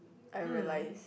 I realise